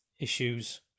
issues